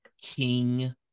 king